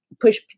push